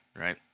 right